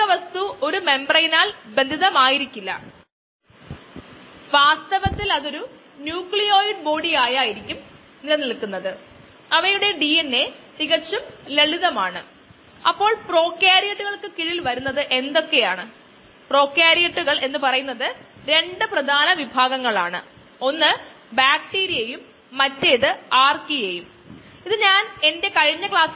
കാരണം ഇത് എക്സ്പോണൻഷ്യൽ ആണ് ഇത് നമ്മൾ ഈ ഫേസ് ഒന്നുകിൽ ഇതിനോട് യോജിക്കുന്ന ഒരു ലോഗരിതമിക് ഫേസ് അല്ലെങ്കിൽ കാലത്തിനനുസരിച്ച് കോശങ്ങളുടെ സാന്ദ്രതയുടെ വ്യതിയാനത്തെ വിവരിക്കുന്ന ഒരു എക്സ്പോണൻഷ്യൽ വളർച്ചാ ഫേസ് എന്ന് വിളിക്കുന്നു